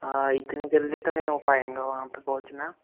इतने जल्दी तो नहीं हो पाएगा वहाँ पर पहुँचना